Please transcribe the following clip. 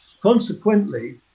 Consequently